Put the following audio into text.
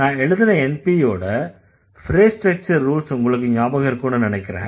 நான் எழுதுன NPயோட ஃப்ரேஸ் ஸ்ட்ரக்சர் ரூல் உங்களுக்கு ஞாபகம் இருக்கும்னு நினைக்கறேன்